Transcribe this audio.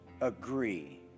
agree